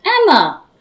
Emma